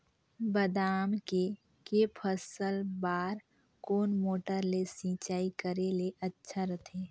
बादाम के के फसल बार कोन मोटर ले सिंचाई करे ले अच्छा रथे?